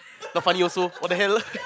not funny also what the hell